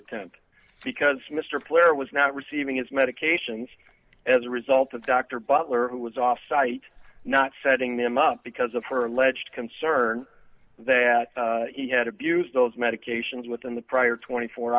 attempt because mr blair was not receiving his medications as a result of dr butler who was off site not setting them up because of her alleged concern that he had abused those medications within the prior twenty four